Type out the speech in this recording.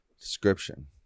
description